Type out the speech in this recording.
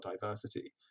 diversity